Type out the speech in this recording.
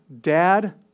dad